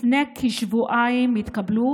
לפני כשבועיים התקבלו